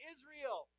Israel